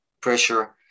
pressure